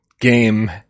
game